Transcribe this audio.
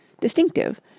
Distinctive